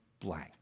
blank